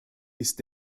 ist